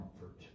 comfort